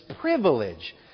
privilege